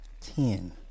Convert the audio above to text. Ten